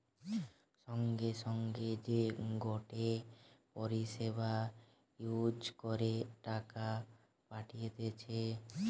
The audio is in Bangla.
সঙ্গে সঙ্গে যে গটে পরিষেবা ইউজ করে টাকা পাঠতিছে